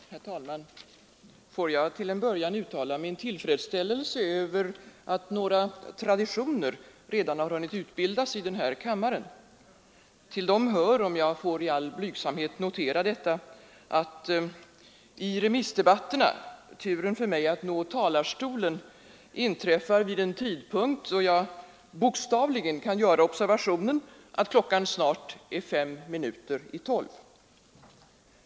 Herr talman! Får jag till en början uttala min tillfredsställelse över att några traditioner redan har hunnit utbildas i den här kammaren. Till dem hör — om jag får i all blygsamhet notera detta — att i remissdebatterna tiden för mig att nå talarstolen inträffar vid det tillfälle då jag bokstavligen kan göra observationen, att klockan är fem minuter i tolv.